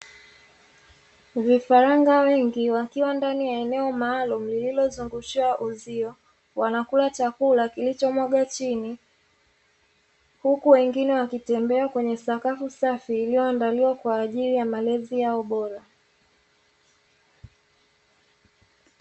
Vifaranga wengi wakiwa ndani ya eneo maalumu lililozungushiwa uzio, wanakula chakula kilichomwagwa chini huku wengine wakitembea kwenye sakafu safi iliyoandaliwa kwa ajili ya malezi yao bora